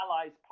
allies